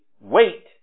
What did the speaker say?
wait